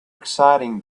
exciting